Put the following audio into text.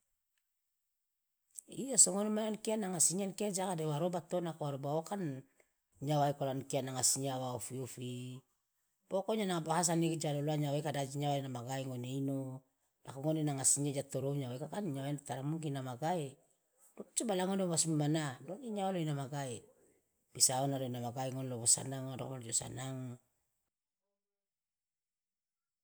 Iya so ngone mane ankia nanga singia kan jaga de wa roba to nako wa roba uwa kan nyawa eko la ankia nanga sinyia wa ofi- ofi pokonya nanga bahasa nege ja loloa nyawa ika de aje nyawa ina magae ngone ino nako ngone nanga sinyia ja torou nyawa ika kan nyawa tara mungkin ina magae cobala ngone womasmomana done nyawa lo ina magae bisa ona lo ina magae ngone lo wo sanang ona lo jo sanang.